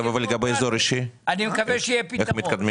ולגבי האזור האישי, איך הם מתקדמים?